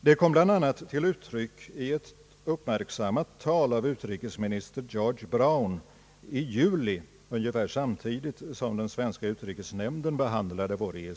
Det kom bl.a. till uttryck i ett uppmärksammat tal av utrikesminister George Brown i juli i år — ungefär samtidigt som den svenska utrikesnämnden behandlade EEC-frågan.